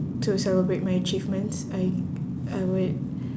to celebrate my achievements I I would